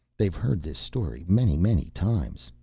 they've heard this story many, many times,